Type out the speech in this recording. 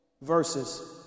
verses